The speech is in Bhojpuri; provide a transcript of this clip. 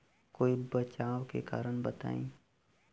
कोई बचाव के कारण बताई?